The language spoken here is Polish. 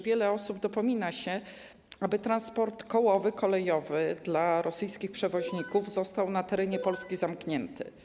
Wiele osób dopomina się, aby transport kołowy, kolejowy dla rosyjskich przewoźników został na terenie Polski zamknięty.